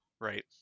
right